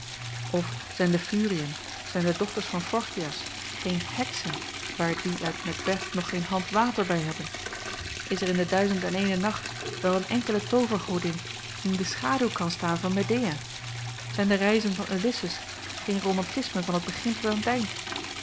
of zijn de furiën zijn de dochters van forkyas geen heksen waar die uit macbeth nog geen hand water bij hebben is er in de duizend en eene nacht wel een enkele toovergodin die in de schaduw kan staan van medea zijn de reizen van ulysses geen romantisme van t begin tot aan t eind